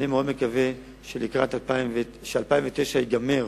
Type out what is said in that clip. אני מאוד מקווה ש-2009 תיגמר